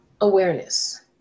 Awareness